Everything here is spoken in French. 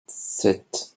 sept